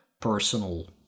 personal